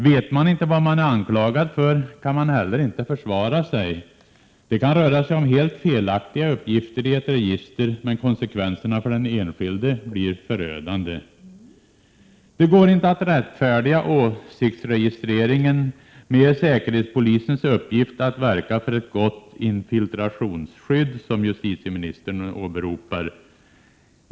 Vet man inte vad man är anklagad för kan man heller inte försvara sig. Det kan röra sig om helt felaktiga uppgifter i ett register, men konsekvenserna för den enskilde blir förödande, Det går inte att rättfärdiga åsiktsregistreringen med säkerhetspolisens uppgift, som justitieministern åberopar, att verka för ett gott infiltrationsskydd.